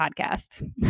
Podcast